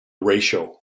ratio